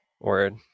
Word